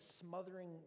smothering